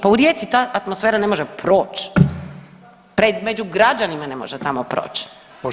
Pa u Rijeci ta atmosfera ne može proći pred, među građanima ne može tamo proći.